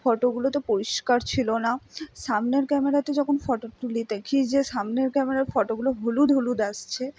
ফটোগুলো তো পরিষ্কার ছিলো না সামনের ক্যামেরাতে যখন ফটো তুলি দেখি যে সামনের ক্যামেরার ফটোগুলো হলুদ হলুদ আসছে